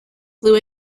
blue